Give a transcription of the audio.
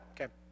Okay